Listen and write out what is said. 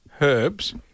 herbs